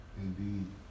indeed